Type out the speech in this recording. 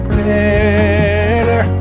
better